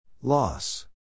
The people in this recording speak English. Loss